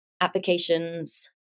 applications